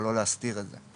ולא להסתיר את זה.